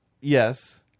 Yes